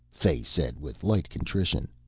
fay said with light contrition.